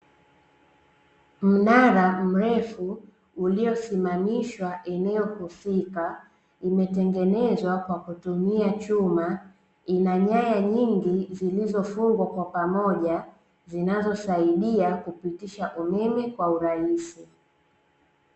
Mnara mrefu uliosimamishwa eneo husika, imetengenezwa kwa kutumia chuma. Ina nyaya nyingi zilizofungwa kwa pamoja zinazosaidia kupitisha umeme kwa urahisi.